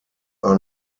are